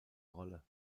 rolle